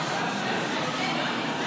אני במתח.